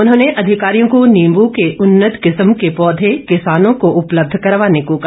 उन्होंने अधिकारियों को नींबू के उन्नत किस्म के पौधे किसानों को उपलब्ध करवाने को कहा